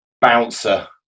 bouncer